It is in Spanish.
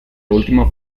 último